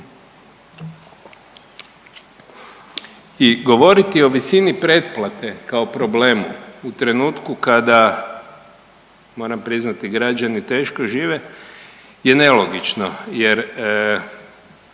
I govoriti o visini pretplate kao problemu u trenutku kada moram priznati građani teško žive je nelogično, jer